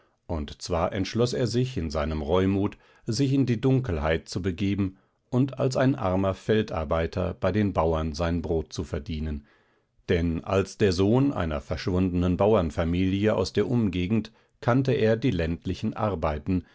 und zwar entschloß er sich in seinem reumut sich in die dunkelheit zu begeben und als ein armer feldarbeiter bei den bauern sein brot zu verdienen denn als der sohn einer verschwundenen bauernfamilie aus der umgegend kannte er die ländlichen arbeiten